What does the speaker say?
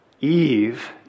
Eve